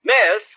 Miss